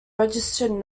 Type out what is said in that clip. registered